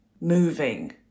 moving